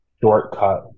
shortcut